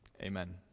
amen